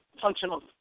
functional